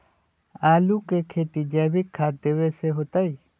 आलु के खेती जैविक खाध देवे से होतई?